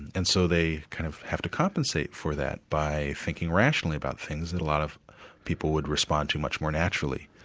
and so they kind of have to compensate for that by thinking rationally about things, than a lot of people would respond to much more naturally.